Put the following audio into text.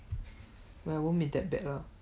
ya won't be that bad lah